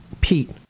Pete